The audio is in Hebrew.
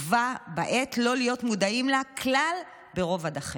ובה בעת לא להיות מודעים לה כלל ברובד אחר.